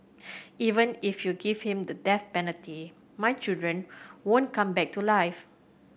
even if you give him the death penalty my children won't come back to life